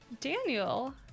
Daniel